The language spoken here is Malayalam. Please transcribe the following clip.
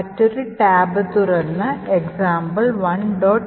മറ്റൊരു ടാബ് തുറന്ന് example1